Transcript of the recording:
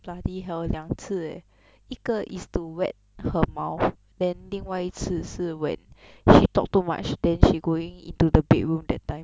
bloody hell 两次 eh 一个 is to wet her mouth then 另外一次是 when she talk too much then she going into the bedroom that time